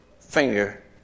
finger